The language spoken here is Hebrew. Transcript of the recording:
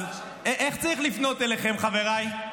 אז איך צריך לפנות אליכם, חבריי?